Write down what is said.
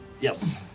Yes